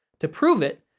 to prove it,